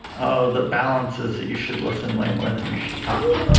oh the balance is that you should listen way more than you should talk,